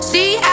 See